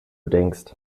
denkst